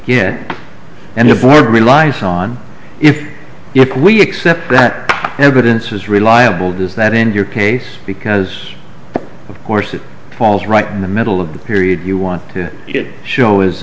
get and the board relies on if we accept that evidence is reliable does that in your case because of course it falls right in the middle of the period you want to